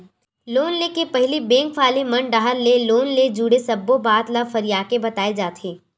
loan ले के पहिली बेंक वाले मन डाहर ले लोन ले जुड़े सब्बो बात ल फरियाके बताए जाथे